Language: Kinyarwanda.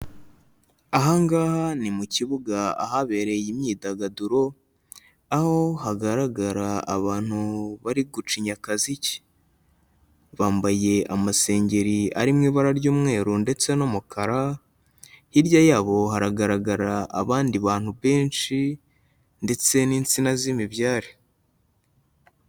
Aha ngaha ni mu kibuga ahabereye imyidagaduro, aho hagaragara abantu bari gucinya akaziki, bambaye amasengeri ari mu ibara ry'umweru ndetse n'umukara, hirya yabo haragaragara abandi bantu benshi ndetse n'insina z'imibyare.